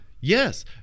yes